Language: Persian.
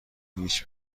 هیچ